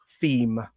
theme